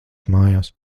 mājās